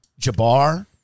Jabbar